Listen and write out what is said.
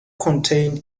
contained